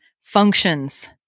functions